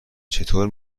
چطور